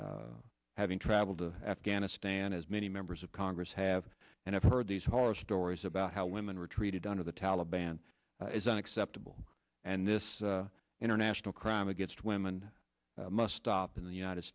having traveled to afghanistan as many members of congress have and i've heard these horror stories about how women were treated under the taliban is unacceptable and this international crime against women must stop in the united